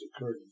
occurred